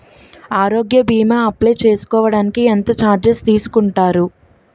ఆరోగ్య భీమా అప్లయ్ చేసుకోడానికి ఎంత చార్జెస్ తీసుకుంటారు?